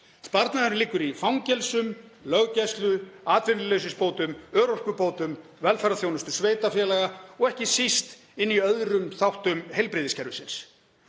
Sparnaðurinn liggur í fangelsum, löggæslu, atvinnuleysisbótum, örorkubótum, velferðarþjónustu sveitarfélaga og ekki síst inni í öðrum þáttum heilbrigðiskerfisins.